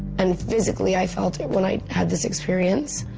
and physically, i felt, when i had this experience